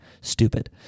stupid